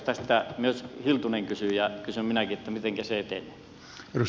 tästä myös hiltunen kysyi ja kysyn minäkin mitenkä se etenee